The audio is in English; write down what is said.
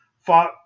fought